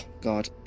God